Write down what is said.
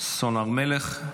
סון הר מלך,